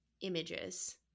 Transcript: images